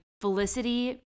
Felicity